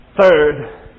Third